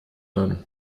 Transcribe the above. dann